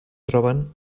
troben